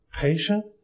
patient